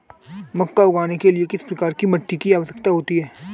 मक्का उगाने के लिए किस प्रकार की मिट्टी की आवश्यकता होती है?